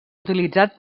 utilitzat